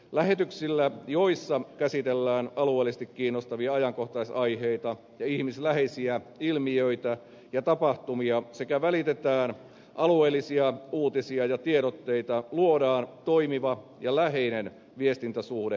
lähetyksillä joissa käsitellään alueellisesti kiinnostavia ajankohtaisaiheita ja ihmisläheisiä ilmiöitä ja tapahtumia sekä välitetään alueellisia uutisia ja tiedotteita luodaan toimiva ja läheinen viestintäsuhde yleisöön